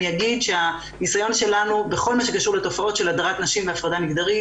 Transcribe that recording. אני אגיד שהניסיון שלנו בכל מה שקשור לתופעות של הדרת נשים והפרדה מגדרית